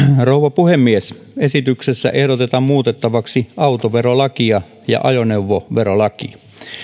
rouva puhemies esityksessä ehdotetaan muutettavaksi autoverolakia ja ajoneuvoverolakia